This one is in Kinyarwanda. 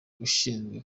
ushinzwe